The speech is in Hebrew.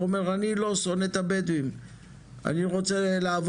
אני רוצה לתת